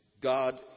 god